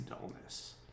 dullness